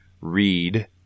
read